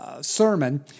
sermon